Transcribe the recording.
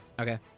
Okay